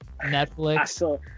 Netflix